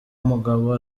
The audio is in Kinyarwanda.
umugabo